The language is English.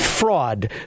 Fraud